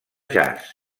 jazz